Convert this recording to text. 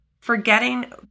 forgetting